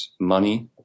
money